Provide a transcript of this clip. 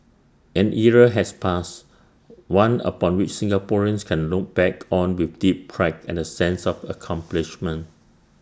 an era has passed one upon which Singaporeans can look back on with deep pride and A sense of accomplishment